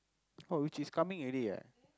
oh which is coming already eh